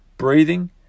breathing